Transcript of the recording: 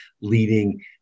leading